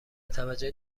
توجه